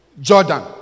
Jordan